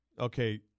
okay